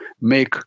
make